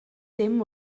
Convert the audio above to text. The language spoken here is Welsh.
dim